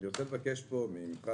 אני רוצה לבקש ממך,